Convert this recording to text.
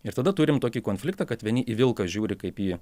ir tada turim tokį konfliktą kad vieni į vilką žiūri kaip į